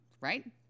right